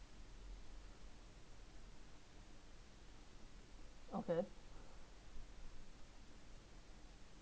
okay